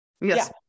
Yes